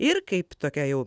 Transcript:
ir kaip tokia jau